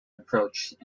approached